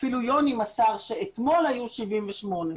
אפילו יוני מסר שאתמול היו 78 אנשים.